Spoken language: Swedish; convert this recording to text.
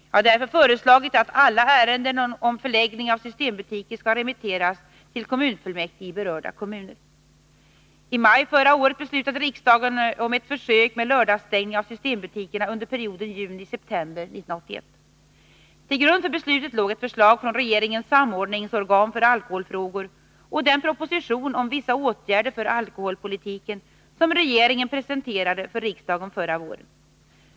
Jag har därför föreslagit att alla ärenden om förläggning av systembutiker skall remitteras till kommunfullmäktige i berörda kommuner. I maj förra året beslutade riksdagen om ett försök med lördagsstängning av systembutikerna under perioden juni-september 1981. Till grund för beslutet låg ett förslag från regeringens samordningsorgan för alkoholfrågor och den proposition om vissa åtgärder inom alkoholpolitiken som regeringen presenterade för riksdagen förra våren.